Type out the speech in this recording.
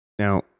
Now